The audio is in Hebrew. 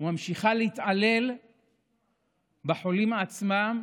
וממשיכה להתעלל בחולים עצמם,